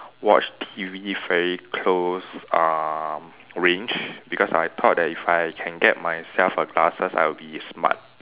watch T_V very close uh range because I thought that if I can get myself a glasses I will be smart